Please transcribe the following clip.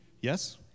Yes